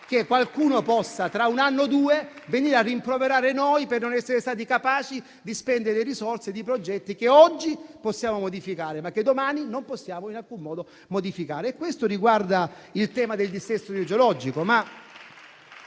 che qualcuno possa, tra un anno o due, venire a rimproverare noi per non essere stati capaci di spendere risorse di progetti che oggi possiamo modificare, ma che domani non possiamo in alcun modo modificare. Questo riguarda il tema del dissesto idrogeologico,